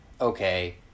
Okay